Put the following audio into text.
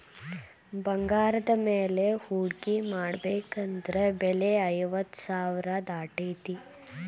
ಬಂಗಾರದ ಮ್ಯಾಲೆ ಹೂಡ್ಕಿ ಮಾಡ್ಬೆಕಂದ್ರ ಬೆಲೆ ಐವತ್ತ್ ಸಾವ್ರಾ ದಾಟೇತಿ